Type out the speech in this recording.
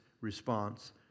response